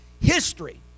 history